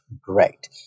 great